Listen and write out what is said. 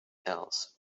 else